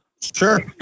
Sure